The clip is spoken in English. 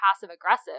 passive-aggressive